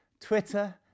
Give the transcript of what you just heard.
Twitter